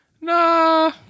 Nah